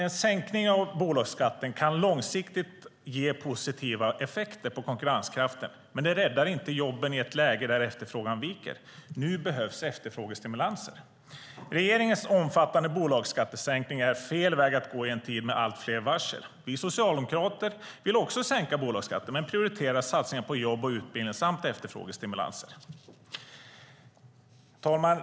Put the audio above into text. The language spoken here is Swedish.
En sänkning av bolagsskatten kan långsiktigt ge positiva effekter på konkurrenskraften, men det räddar inte jobben i ett läge där efterfrågan viker. Nu behövs efterfrågestimulanser. Regeringens omfattande bolagsskattesänkning är fel väg att gå i en tid med allt fler varsel. Vi socialdemokrater vill också sänka bolagsskatten men prioriterar satsningar på jobb och utbildning samt efterfrågestimulanser. Herr talman!